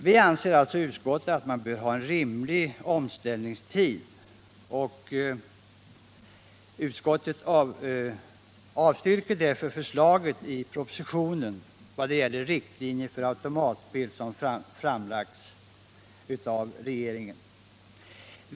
Vi anser att man bör ha en rimlig omställningstid och avstyrker sålunda propositionens förslag till riktlinjer för reglering av automatspel.